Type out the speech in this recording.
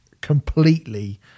completely